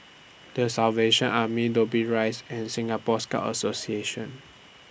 The Salvation Army Dobbie Rise and Singapore Scout Association